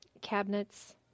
cabinets